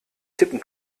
tippen